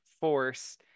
force